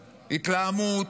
התלהמות,